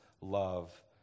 love